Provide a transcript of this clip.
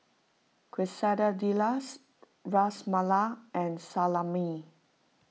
Quesadillas Ras Malai and Salami